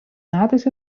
metais